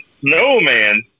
snowman